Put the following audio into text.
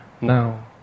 now